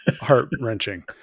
Heart-wrenching